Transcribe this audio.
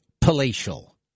palatial